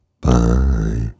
Bye